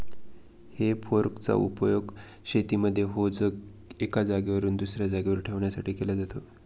हे फोर्क चा उपयोग शेतीमध्ये ओझ एका जागेवरून दुसऱ्या जागेवर ठेवण्यासाठी केला जातो